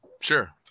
Sure